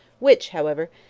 which, however,